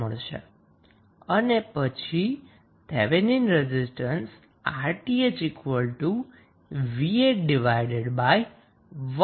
અને પછી Thevenin resistance RTh va1mA 8kΩ મળે છે